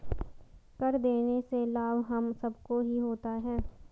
कर देने से लाभ हम सबको ही होता है